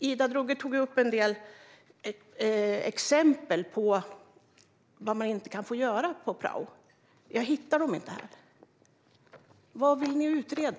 Ida Drougge tog en del exempel på vad man inte får göra som prao. Jag hittar dem inte i arbetsmiljöförskrifterna. Vad vill ni utreda?